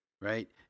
right